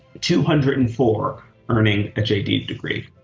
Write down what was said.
two hundred and four earning a jd degree,